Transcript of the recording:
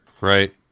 right